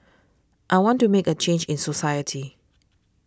I want to make a change in society